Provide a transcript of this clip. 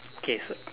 okay so